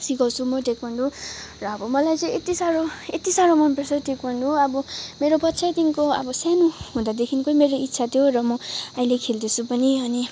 सिकाउँसु म ताइक्वान्डो र अब मलाई चाहिँ यत्ति साह्रो यत्ति साह्रो मनपर्छ ताइक्वान्डो अब मेरो बच्चैदेखिको सानु हुँदादेखिकै मेरो इच्छा थियो र म अहिले खेल्दैछु पनि अनि